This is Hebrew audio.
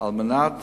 על מנת